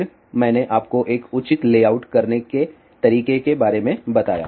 फिर मैंने आपको एक उचित लेआउट करने के तरीके के बारे में बताया